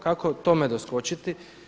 Kako tome doskočiti?